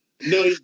No